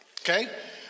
Okay